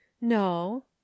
no